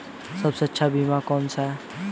सबसे अच्छा बीमा कौन सा है?